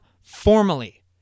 formally